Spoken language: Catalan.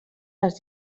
les